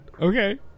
okay